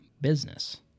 business